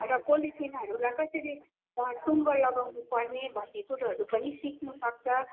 र पोलिथिनहरूलाई कसरी टुङ्गो लगाउनु पर्ने भन्ने कुरोहरू पनि सिक्नु सक्छ